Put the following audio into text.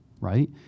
right